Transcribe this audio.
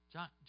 John